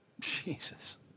Jesus